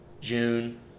June